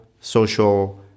social